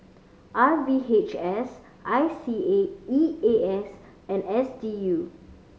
R V H S I C A E A S and S D U